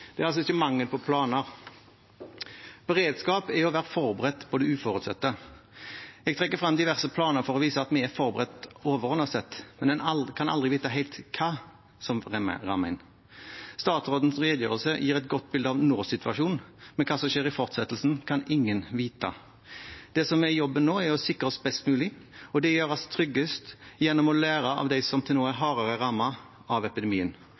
Det er altså ikke mangel på planer. Beredskap er å være forberedt på det uforutsette. Jeg trekker frem diverse planer for å vise at vi er forberedt overordnet sett, men man kan aldri vite helt hva som vil ramme. Statsrådens redegjørelse gir et godt bilde av nåsituasjonen, men hva som skjer i fortsettelsen, kan ingen vite. Det som er jobben nå, er å sikre oss best mulig, og det gjør vi tryggest gjennom å lære av dem som til nå er hardere rammet av epidemien,